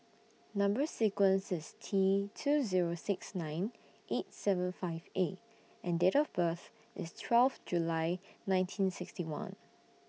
Number sequence IS T two Zero six nine eight seven five A and Date of birth IS twelve July nineteen sixty one